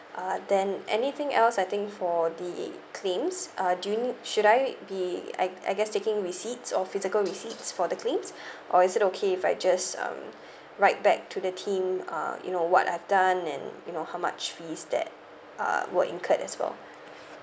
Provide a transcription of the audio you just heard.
uh then anything else I think for the claims uh do you need should I be I I guess taking receipts or physical receipts for the claims or is it okay if I just um write back to the team uh you know what I've done and you know how much fees that uh were incurred as well